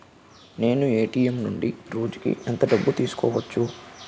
నేను ఎ.టి.ఎం నుండి రోజుకు ఎంత డబ్బు తీసుకోవచ్చు?